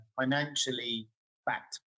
financially-backed